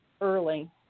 early